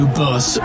bus